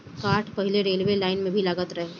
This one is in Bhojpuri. काठ पहिले रेलवे लाइन में भी लागत रहे